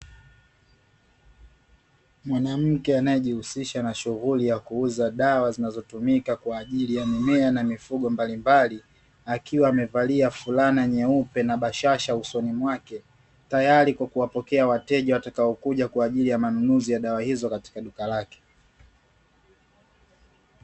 Mwanamke anayejihusisha na shughuli ya kuuza dawa zinazotumika kwaajili ya mimea na mifugo mbalimbali, akiwa amevalia fulana nyeupe na bashasha usoni mwake, tayari kwa kuwapokea wateja watakao kuja kwa ajili ya manunuzi ya dawa hizo katika duka lake.